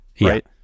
Right